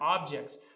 objects